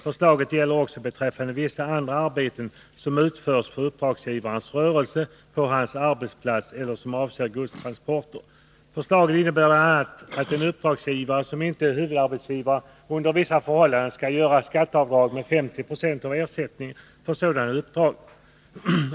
Förslaget gäller också beträffande vissa andra arbeten som utförs för uppdragsgivares rörelse på hans arbetsplats eller som avser godstransporter. Förslaget innebär bl.a. att en uppdragsgivare som inte är huvudarbetsgivare under vissa förhållanden skall göra skatteavdrag med 50 20 av ersättningen för sådana uppdrag.